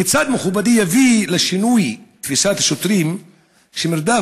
כיצד מכובדי יביא לשינוי תפיסת השוטרים שמרדף